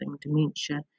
dementia